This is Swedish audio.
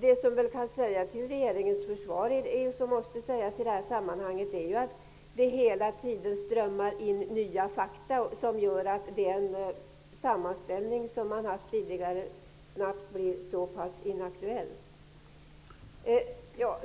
Det som kan sägas till regeringens försvar, och som måste sägas i det här sammanhanget, är att det hela tiden strömmar in nya fakta som gör att den sammanställning som man har haft tidigare snabbt blir inaktuell. Jag